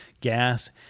gas